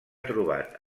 trobat